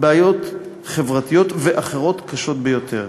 בעיות חברתיות ואחרות קשות ביותר.